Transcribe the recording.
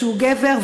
שהוא גבר,